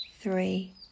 three